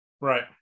right